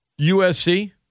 USC